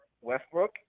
Westbrook